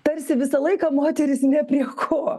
tarsi visą laiką moteris ne prie ko